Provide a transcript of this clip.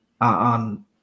On